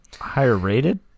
Higher-rated